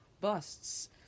busts